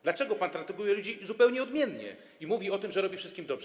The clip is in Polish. Dlaczego pan traktuje ludzi zupełnie odmiennie i mówi o tym, że robi pan wszystkim dobrze?